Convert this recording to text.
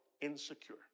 insecure